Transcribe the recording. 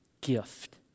gift